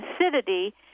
acidity